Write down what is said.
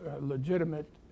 legitimate